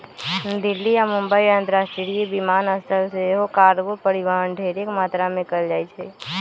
दिल्ली आऽ मुंबई अंतरराष्ट्रीय विमानस्थल से सेहो कार्गो परिवहन ढेरेक मात्रा में कएल जाइ छइ